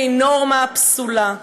והיא נורמה פסולה.